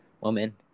Woman